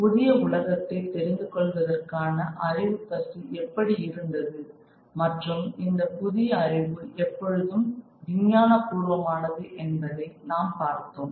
புதிய உலகத்தை தெரிந்து கொள்வதற்கான அறிவுப்பசி எப்படி இருந்தது மற்றும் இந்த புதிய அறிவு எப்பொழுதும் விஞ்ஞான பூர்வமானது என்பதை நாம் பார்த்தோம்